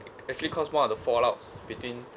it actually caused one of the fallouts between